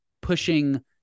pushing